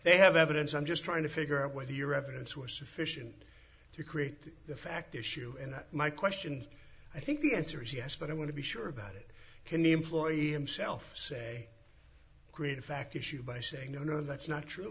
they have evidence i'm just trying to figure out whether your evidence was sufficient to create the fact issue and my question i think the answer is yes but i want to be sure about it can the employee himself say create a fact issue by saying no no that's not true